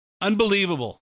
Unbelievable